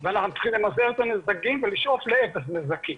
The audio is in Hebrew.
ואנחנו צריכים למזער את הנזקים ולשאוף לאפס נזקים.